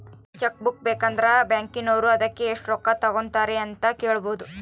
ನಿಮಗೆ cheque book ಬೇಕಂದ್ರ ಬ್ಯಾಕಿನೋರು ಅದಕ್ಕೆ ಎಷ್ಟು ರೊಕ್ಕ ತಂಗತಾರೆ ಅಂತ ಕೇಳಬೊದು